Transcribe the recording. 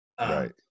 Right